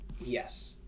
Yes